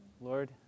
Lord